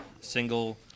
single